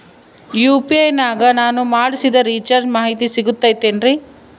UPI ನಾಗ ನಾನು ಮಾಡಿಸಿದ ರಿಚಾರ್ಜ್ ಮಾಹಿತಿ ಸಿಗುತೈತೇನ್ರಿ?